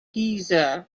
giza